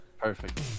perfect